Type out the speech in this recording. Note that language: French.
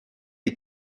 est